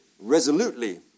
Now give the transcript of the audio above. resolutely